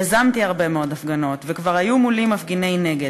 יזמתי הרבה מאוד הפגנות וכבר היו מולי מפגיני נגד,